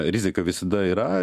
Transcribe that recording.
rizika visada yra